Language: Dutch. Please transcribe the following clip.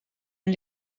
een